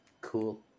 Cool